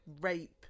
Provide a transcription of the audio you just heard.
rape